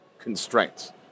constraints